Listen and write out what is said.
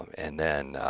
and then,